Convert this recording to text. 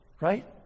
right